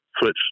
switch